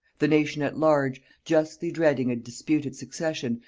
the nation at large, justly dreading a disputed succession,